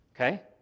okay